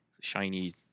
shiny